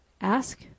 Ask